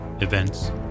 events